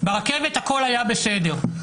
ברכבת הכול היה בסדר,